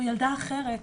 או ילדה אחרת,